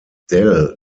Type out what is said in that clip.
dell